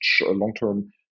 long-term